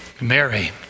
Mary